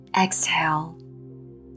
exhale